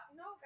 no